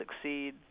succeed